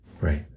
Right